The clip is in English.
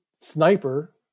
sniper